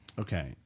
Okay